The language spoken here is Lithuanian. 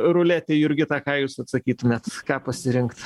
ruletėj jurgita ką jūs atsakytumėt ką pasirinkt